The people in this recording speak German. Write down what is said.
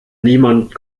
niemand